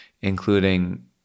including